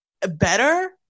better